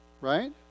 right